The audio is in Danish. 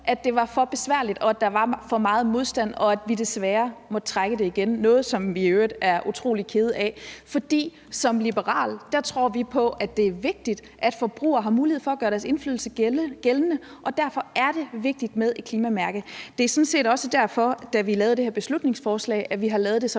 at det var for besværligt, at der var for meget modstand, og at vi desværre måtte trække det igen, noget, som vi i øvrigt er utrolig kede af, for som liberale tror vi på, at det er vigtigt, at forbrugerne har mulighed for at gøre deres indflydelse gældende. Derfor er det vigtigt med et klimamærke. Det er sådan set også derfor, at vi, da vi lavede det her beslutningsforslag, målrettede det